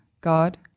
God